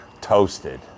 toasted